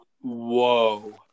Whoa